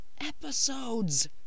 episodes